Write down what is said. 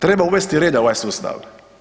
Treba uvesti reda u ovoj sustav.